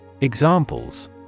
Examples